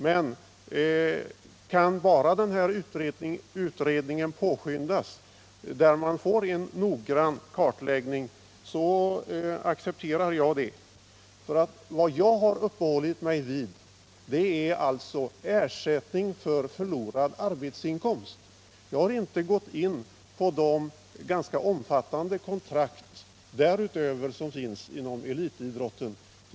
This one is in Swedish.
Men om bara den här utredningen påskyndas så att vi får en noggrann kartläggning kan jag acceptera det. " Vad jag uppehållit mig vid är enbart ersättning för förlorad arbetsinkomst — jag har inte gått in på de ganska omfattande kontrakt därutöver som finns inom elitidrotten.